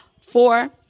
Four